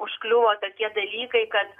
užkliūva tokie dalykai kad